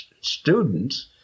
students